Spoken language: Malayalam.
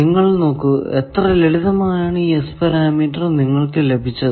നിങ്ങൾ നോക്കു എത്ര ലളിതമായാണ് ഈ S പാരാമീറ്റർ നിങ്ങൾക്കു ലഭിച്ചത്